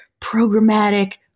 programmatic